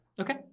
Okay